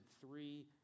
three